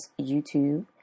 YouTube